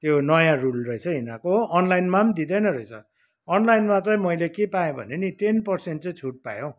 यो नयाँ रुल रहेछ यिनीहरुको हो अनलाइनमा पनि दिँदैन रहेछ अनलाइनमा चाहिँ मैले के पाएँ भने नि टेन पर्सेन्ट चाहिँ छुट पाएँ हौ